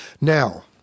Now